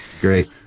Great